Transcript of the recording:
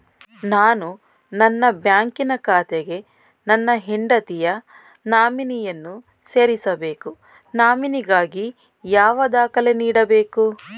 ನಾನು ನನ್ನ ಬ್ಯಾಂಕಿನ ಖಾತೆಗೆ ನನ್ನ ಹೆಂಡತಿಯ ನಾಮಿನಿಯನ್ನು ಸೇರಿಸಬೇಕು ನಾಮಿನಿಗಾಗಿ ಯಾವ ದಾಖಲೆ ನೀಡಬೇಕು?